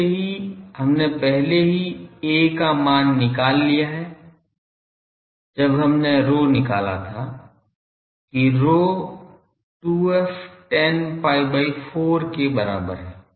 पहले से ही हमने पहले ही a का मान निकल लिया है जब हमने rho निकाला था कि rho 2f tan pi by 4 के बराबर है